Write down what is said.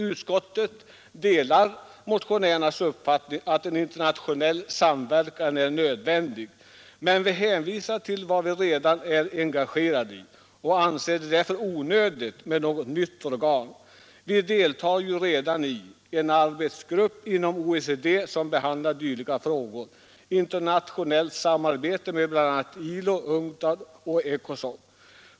Utskottet delar motionärernas uppfattning att en internationell samverkan är nödvändig, men vi hänvisar till vad vi redan är engagerade i och anser det därför onödigt med något nytt organ. Vi deltar ju redan i en arbetsgrupp inom OECD som behandlar dylika frågor. Vi har även internationellt samarbete med bl.a. ILO, UNCTAD och ECOSOC.